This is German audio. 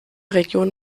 region